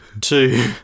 Two